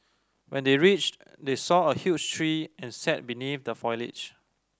when they reached they saw a huge tree and sat beneath the foliage